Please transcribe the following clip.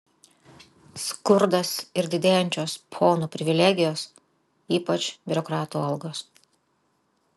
skurdas ir didėjančios ponų privilegijos ypač biurokratų algos